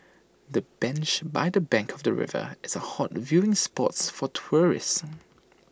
the bench by the bank of the river is A hot viewing spots for tourists